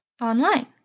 online